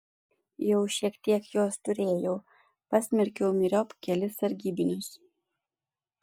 jau šiek tiek jos turėjau pasmerkiau myriop kelis sargybinius